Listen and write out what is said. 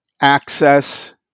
access